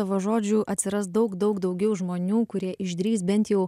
tavo žodžių atsiras daug daug daugiau žmonių kurie išdrįs bent jau